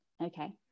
okay